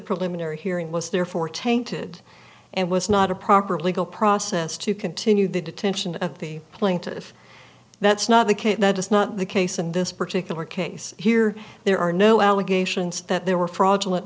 preliminary hearing was therefore tainted and was not a proper legal process to continue the detention of the plaintiff that's not the case that is not the case in this particular case here there are no allegations that there were fraudulent